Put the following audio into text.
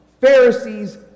Pharisees